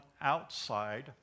outside